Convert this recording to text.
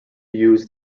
use